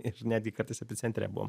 ir netgi kartais epicentre buvom